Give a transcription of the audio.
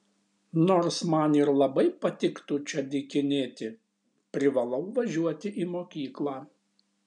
nors man ir labai patiktų čia dykinėti privalau važiuoti į mokyklą